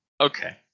Okay